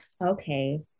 Okay